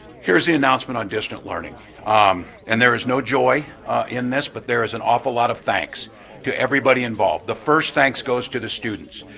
here's the announcement on distant learning and there is no joy in this but there is an awful lot of thanks to everybody involved. the first thanks goes to the students,